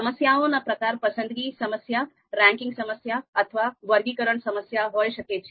સમસ્યાઓના પ્રકાર પસંદગીની સમસ્યા રેન્કિંગ સમસ્યા અથવા વર્ગીકરણ સમસ્યા હોઈ શકે છે